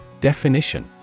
Definition